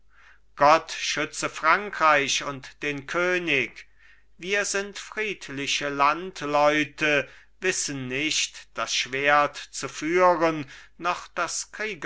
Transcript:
gott schütze frankreich und den könig wir sind friedliche landleute wissen nicht das schwert zu führen noch das